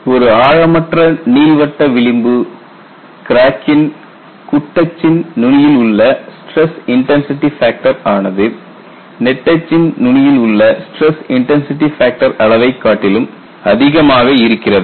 கேள்வி ஒரு ஆழமற்ற நீள்வட்ட விளிம்பு கிராக்கின் குட்டச்சின் நுனியில் உள்ள ஸ்டிரஸ் இன்டன்சிடி ஃபேக்டர் ஆனது நெட்டச்சின் நுனியில் உள்ள ஸ்டிரஸ் இன்டன்சிடி ஃபேக்டர் அளவைக் காட்டிலும் அதிகமாக இருக்கிறது